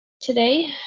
Today